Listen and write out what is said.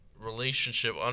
relationship